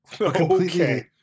Okay